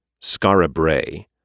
Scarabray